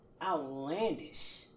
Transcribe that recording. Outlandish